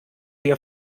dir